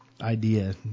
idea